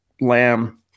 Lamb